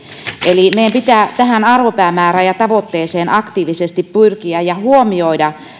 eli meidän pitää tähän arvopäämäärään ja tavoitteeseen aktiivisesti pyrkiä ja huomioida se